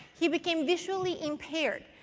he became visually impaired.